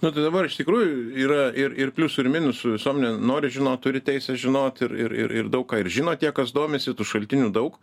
nu tai dabar iš tikrųjų yra ir ir pliusų ir minusų visuomenė nori žinot turi teisę žinot ir ir daug ką ir žino tie kas domisi tų šaltinių daug